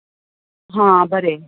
हां बरें